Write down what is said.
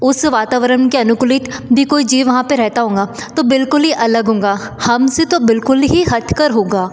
उस वातावरण के अनुकूलित भी कोई जीव वहाँ पर रहता होगा तो बिल्कुल ही अलग होगा हम से तो बिल्कुल भी हट कर होगा